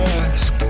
ask